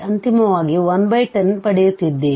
ಅಂತಿಮವಾಗಿ 110 ಪಡೆಯುತ್ತಿದ್ದೇವೆ